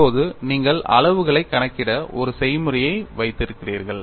இப்போது நீங்கள் அளவுகளை கணக்கிட ஒரு செய்முறையை வைத்திருக்கிறீர்கள்